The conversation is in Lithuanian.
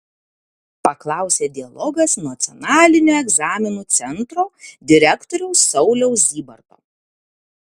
paklausė dialogas nacionalinio egzaminų centro direktoriaus sauliaus zybarto